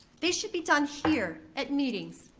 they should be done here, at meetings,